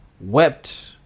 wept